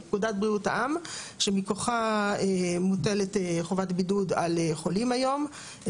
את פקודת בריאות העם שמכוחה מוטלת חובת בידוד על חולים וחובת